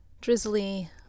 drizzly